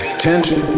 Attention